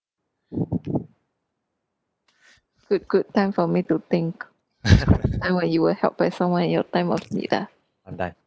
good good time for me to think time when you were helped by someone in your time of need ah